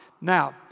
Now